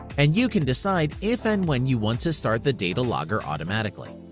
and you can decide if and when you want to start the data logger automatically.